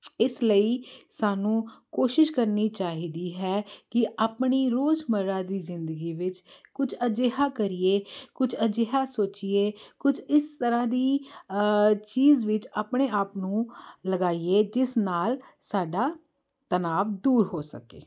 ਇਸ ਲਈ ਸਾਨੂੰ ਕੋਸ਼ਿਸ਼ ਕਰਨੀ ਚਾਹੀਦੀ ਹੈ ਕਿ ਆਪਣੀ ਰੋਜ਼ ਮਰਾ ਦੀ ਜਿੰਦਗੀ ਵਿੱਚ ਕੁਝ ਅਜਿਹਾ ਕਰੀਏ ਕੁਝ ਅਜਿਹਾ ਸੋਚੀਏ ਕੁਝ ਇਸ ਤਰ੍ਹਾਂ ਦੀ ਚੀਜ਼ ਵਿੱਚ ਆਪਣੇ ਆਪ ਨੂੰ ਲਗਾਈਏ ਜਿਸ ਨਾਲ ਸਾਡਾ ਤਨਾਅ ਦੂਰ ਹੋ ਸਕੇ